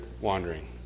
wandering